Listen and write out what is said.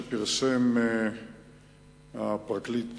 שפרסם הפרקליט